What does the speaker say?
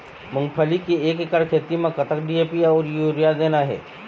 मूंगफली के एक एकड़ खेती म कतक डी.ए.पी अउ यूरिया देना ये?